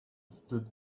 stood